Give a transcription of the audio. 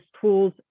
tools